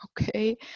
okay